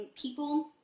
people